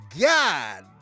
God